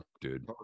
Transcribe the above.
dude